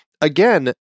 again